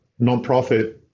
nonprofit